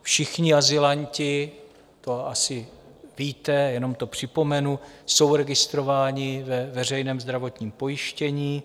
Všichni azylanti to asi víte, jenom to připomenu jsou registrováni ve veřejném zdravotním pojištění.